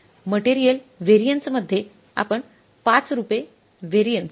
material variance मध्ये आपण 5 रूपे व्हॅरियन्स